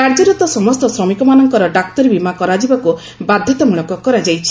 କାର୍ଯ୍ୟରତ ସମସ୍ତ ଶ୍ରମିକମାନଙ୍କର ଡାକ୍ତରୀ ବିମା କରାଯିବାକୁ ବାଧତାମୂଳକ କରାଯାଇଛି